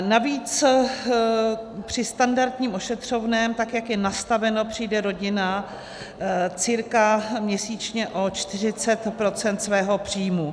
Navíc při standardním ošetřovném, tak jak je nastaveno, přijde rodina cca měsíčně o 40 % svého příjmu.